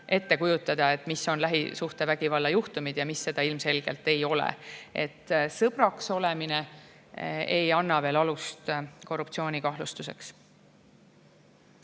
ette kujutada, mis on lähisuhtevägivalla juhtumid ja mis seda ilmselgelt ei ole. Sõbraks olemine ei anna veel alust korruptsioonikahtlustuseks.